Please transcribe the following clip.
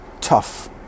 tough